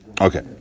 Okay